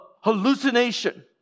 hallucination